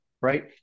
Right